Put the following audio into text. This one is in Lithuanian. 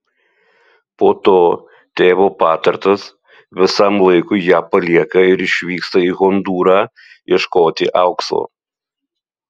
po to tėvo patartas visam laikui ją palieka ir išvyksta į hondūrą ieškoti aukso